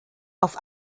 auf